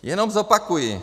Jenom zopakuji.